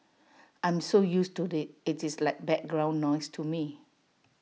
I am so used to IT it is like background noise to me